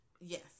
Yes